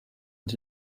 and